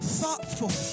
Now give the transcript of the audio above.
thoughtful